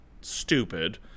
stupid